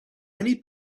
many